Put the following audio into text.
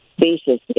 basis